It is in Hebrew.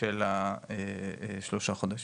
של השלושה חודשים.